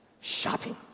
shopping